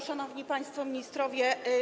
Szanowni Państwo Ministrowie!